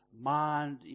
mind